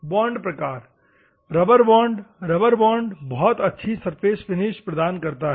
bond प्रकार rubber bond rubber bond बहुत अच्छी फिनिश प्रदान करता है